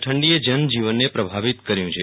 ઠંડી એ જનજીવનને પ્રભાવિત કર્યું છે